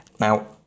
Now